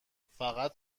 فقط